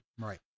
Right